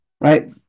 right